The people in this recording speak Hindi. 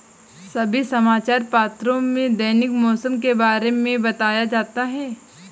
सभी समाचार पत्रों में दैनिक मौसम के बारे में बताया जाता है